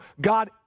God